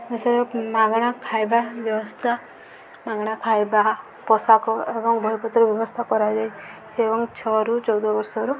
ମାଗଣା ଖାଇବା ବ୍ୟବସ୍ଥା ମାଗଣା ଖାଇବା ପୋଷାକ ଏବଂ ବହିପତ୍ର ବ୍ୟବସ୍ଥା କରାଯାଏ ଏବଂ ଛଅରୁ ଚଉଦ ବର୍ଷରୁ